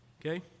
Okay